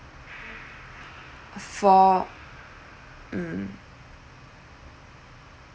for mm